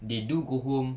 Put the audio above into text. they do go home